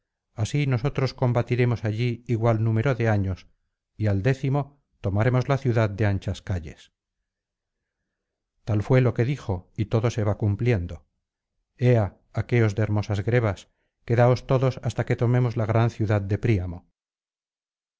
así nosotros combatiremos allí igual número de años y al décimo tomaremos la ciudad de anchas calles tal fué lo que dijo y todo se va cumpliendo ea aqueos de hermosas grebas quedaos todos hasta que tomemos la gran ciudad de príamo